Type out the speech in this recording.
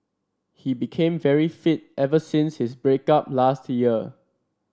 he became very fit ever since his break up last year